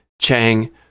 Chang